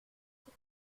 qui